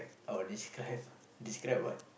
oh describe describe what